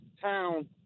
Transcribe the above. Town